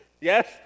yes